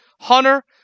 Hunter